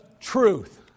truth